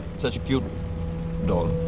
such a cute doll.